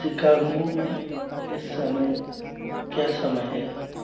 Shikongo में इस समय क्या समय है